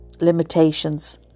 limitations